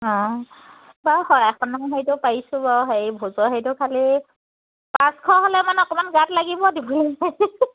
অঁ বাৰু শৰাইখন হেৰিটো পাৰিছোঁ বাৰু হেৰি ভোজৰ হেৰিটো খালী পাঁচশ হ'লে মানে অকণমান গাত লাগিব